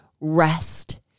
rest